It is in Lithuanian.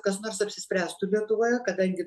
kas nors apsispręstų lietuvoje kadangi